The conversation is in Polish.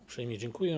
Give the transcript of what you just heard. Uprzejmie dziękuję.